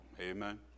Amen